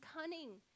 cunning